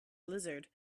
blizzard